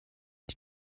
die